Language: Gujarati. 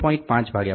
5 50 0